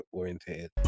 oriented